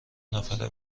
نفره